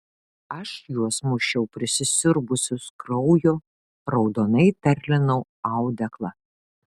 aš juos mušiau prisisiurbusius kraujo raudonai terlinau audeklą